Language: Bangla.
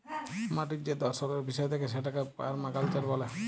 মাটির যে দর্শলের বিষয় থাকে সেটাকে পারমাকালচার ব্যলে